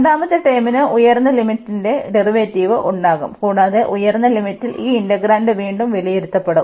രണ്ടാമത്തെ ടേമിന് ഉയർന്ന ലിമിറ്റിന്റെ ഡെറിവേറ്റീവ് ഉണ്ടാകും കൂടാതെ ഉയർന്ന ലിമിറ്റിൽ ഈ ഇന്റഗ്രാൻഡ് വീണ്ടും വിലയിരുത്തപ്പെടും